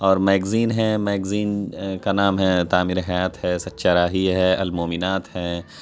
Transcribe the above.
اور میگزین ہے میگزین کا نام ہے تعمیرِحیات ہے سچا راہی ہے المؤمنات ہے